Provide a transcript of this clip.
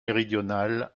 méridionales